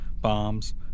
Bombs